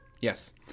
Yes